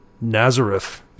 Nazareth